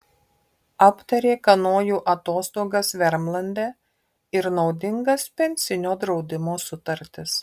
aptarė kanojų atostogas vermlande ir naudingas pensinio draudimo sutartis